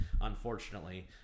unfortunately –